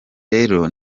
rero